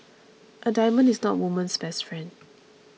a diamond is not a woman's best friend